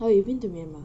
oh you've been to myanmar